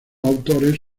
autores